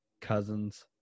cousins